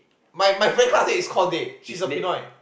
my my friend classmate is called Dhey she's a Pinoy